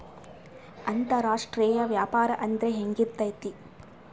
ಅಂತರಾಷ್ಟ್ರೇಯ ವ್ಯಾಪಾರ ಅಂದ್ರೆ ಹೆಂಗಿರ್ತೈತಿ?